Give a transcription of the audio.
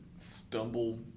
stumble